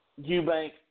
Eubank